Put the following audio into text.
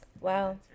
wow